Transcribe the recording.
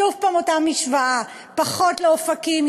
שוב אותה משוואה: פחות לאופקים,